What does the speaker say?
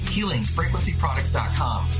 HealingFrequencyProducts.com